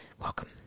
Welcome